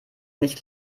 nicht